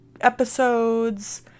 episodes